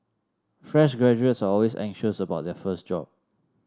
fresh graduates are always anxious about their first job